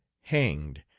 hanged